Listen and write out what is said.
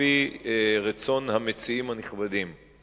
לפי רצון המציעים הנכבדים.